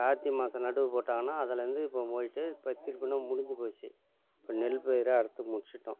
கார்த்திகை மாசம் நடுவு போட்டாங்கன்னால் அதுலேருந்து இப்போ போயிட்டு இப்போ திருப்புனா முடிஞ்சி போய்ச்சி இப்போ நெல்பயிரை அறுத்து முடிச்சிட்டோம்